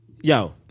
Yo